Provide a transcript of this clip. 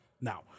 Now